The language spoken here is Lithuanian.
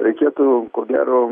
reikėtų ko gero